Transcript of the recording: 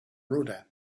rodin